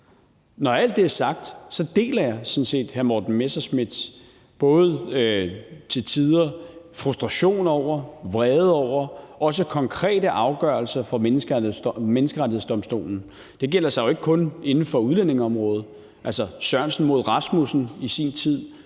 Når alt det er sagt, deler jeg sådan set hr. Morten Messerschmidts til tider både frustration og vrede over også konkrete afgørelser fra Menneskerettighedsdomstolen. Det gælder ikke kun inden for udlændingeområdet. Sørensen og Rasmussen mod